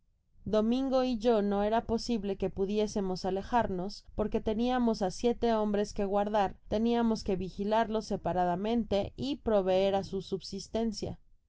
domingo y yo no era posible que pudiésemos alejarnos porque teniamos á siete hombres que guardar teniamos que vigilarlos separadamente y proveer á su subsistencia